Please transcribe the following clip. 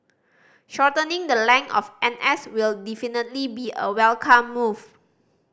shortening the length of N S will definitely be a welcome move